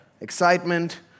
Excitement